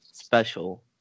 special